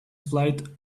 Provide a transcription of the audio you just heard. flight